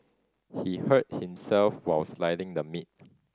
he hurt himself while slicing the meat